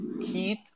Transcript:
Keith